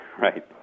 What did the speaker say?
Right